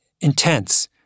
intense